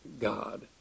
God